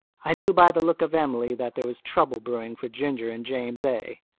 i knew by the look of emily that there was trouble brewing for ginger and james a.